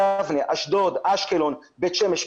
יבנה, אשדוד, אשקלון, בית שמש.